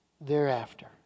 thereafter